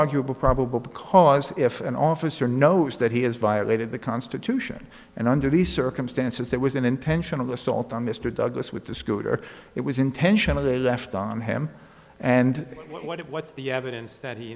arguable probable cause if an officer knows that he has violated the constitution and under the circumstances that was an intentional assault on mr douglas with the scooter it was intentionally left on him and what it what's the evidence that he